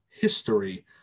history